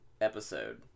episode